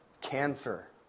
cancer